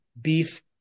beef